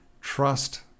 trust